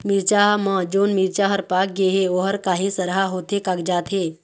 मिरचा म जोन मिरचा हर पाक गे हे ओहर काहे सरहा होथे कागजात हे?